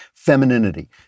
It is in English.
Femininity